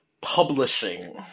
publishing